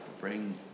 bring